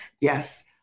yes